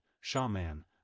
shaman